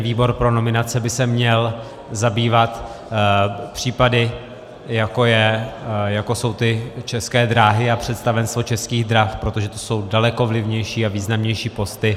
Výbor pro nominace by se měl zabývat případy, jako jsou ty České dráhy a představenstvo Českých drah, protože to jsou daleko vlivnější a významnější posty.